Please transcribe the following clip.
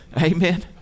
amen